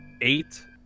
eight